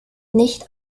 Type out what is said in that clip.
nicht